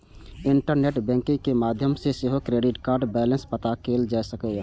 internet banking के माध्यम सं सेहो क्रेडिट कार्डक बैलेंस पता कैल जा सकैए